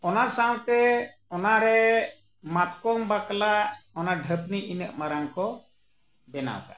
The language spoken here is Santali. ᱚᱱᱟ ᱥᱟᱶᱛᱮ ᱚᱱᱟᱨᱮ ᱢᱟᱛᱠᱚᱢ ᱵᱟᱠᱞᱟᱜ ᱚᱱᱟ ᱰᱷᱟᱹᱯᱱᱤ ᱤᱱᱟᱹᱜ ᱢᱟᱨᱟᱝ ᱠᱚ ᱵᱮᱱᱟᱣ ᱠᱟᱜᱼᱟ